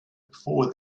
before